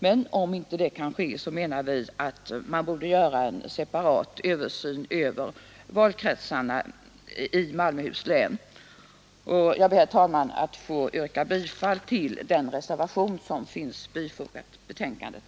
Men om detta inte kan ske borde det, menar vi, göras en Jag ber, herr talman, att få yrka bifall till den reservation som fogats till betänkandet.